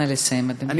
נא לסיים, אדוני.